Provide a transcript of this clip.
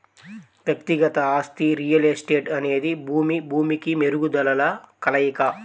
వ్యక్తిగత ఆస్తి రియల్ ఎస్టేట్అనేది భూమి, భూమికి మెరుగుదలల కలయిక